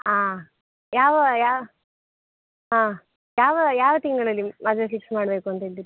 ಹಾಂ ಯಾವ ಯಾ ಹಾಂ ಯಾವ ಯಾವ ತಿಂಗಳಲ್ಲಿ ಮದುವೆ ಫಿಕ್ಸ್ ಮಾಡಬೇಕು ಅಂತಿದ್ದೀರಿ